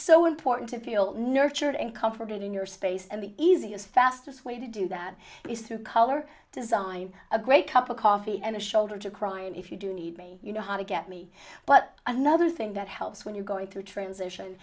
so important to feel nurtured and comforted in your space and the easiest fastest way to do that is through color design a great cup of coffee and a shoulder to cry on if you do need me you know how to get me but another thing that helps when you're going to transition